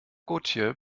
gotje